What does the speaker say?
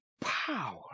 power